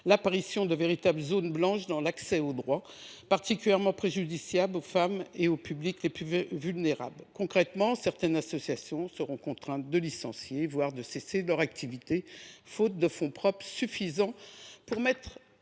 l’apparition de véritables zones blanches dans l’accès aux droits, ce qui sera particulièrement préjudiciable pour les femmes et les publics les plus vulnérables. Concrètement, certaines associations seront contraintes de licencier, voire de cesser leur activité faute de fonds propres suffisants pour mettre